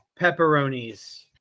pepperonis